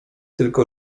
tylko